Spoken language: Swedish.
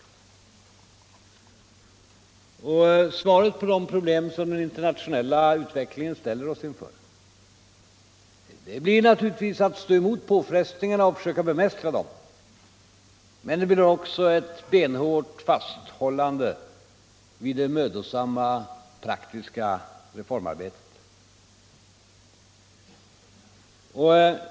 Svaret på de problem som den internationella utvecklingen ställer oss inför blir naturligtvis att stå emot påfrestningarna och försöka bemästra dem, men det betyder också ett benhårt fasthållande vid det mödosamma praktiska reformarbetet.